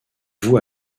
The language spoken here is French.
vous